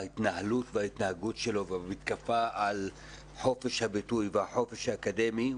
בהתנהגות ובהתנהלות שלהם ובמתקפה על חופש הביטוי ועל החופש האקדמי,